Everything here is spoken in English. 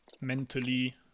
mentally